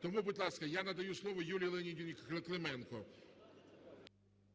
Тому, будь ласка, я надаю слово Юлії Леонідівні Клименко.